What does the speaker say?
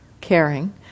caring